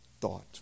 thought